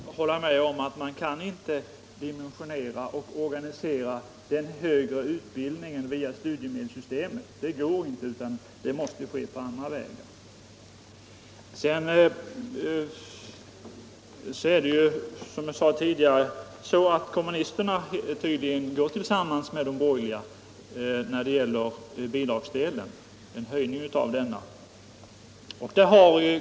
Herr talman! Herr Ringaby måste ju hålla med om att man inte kan dimensionera och organisera den högre utbildningen via studiemedelssystemet — det går inte, utan det måste ske på andra vägar. Sedan är det ju så, som jag sade tidigare, att kommunisterna tydligen går tillsammans med de borgerliga när det gäller en höjning av bidragsdelen.